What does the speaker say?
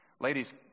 Ladies